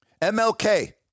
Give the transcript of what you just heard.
MLK